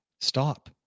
Stop